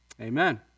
Amen